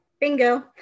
bingo